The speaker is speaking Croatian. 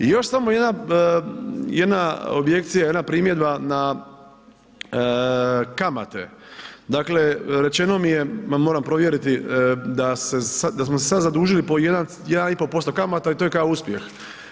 I još samo jedna objekcija, jedna primjedba na kamate, dakle rečeno mi je moram provjeriti da smo se zadužili sada po 1,5% kamata i to je kao uspjeh.